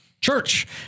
church